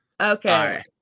Okay